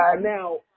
Now